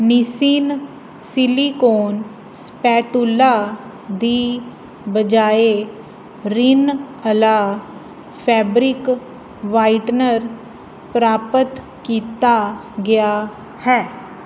Misen silicone spatula ਦੀ ਬਜਾਏ ਰਿਨ ਅਲਾ ਫੈਬਰਿਕ ਵਾਈਟਨਰ ਪ੍ਰਾਪਤ ਕੀਤਾ ਗਿਆ ਹੈ